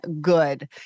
good